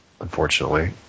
unfortunately